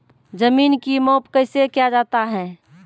जमीन की माप कैसे किया जाता हैं?